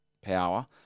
power